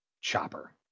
Chopper